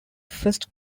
first